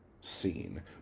scene